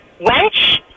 wench